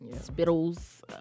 spittles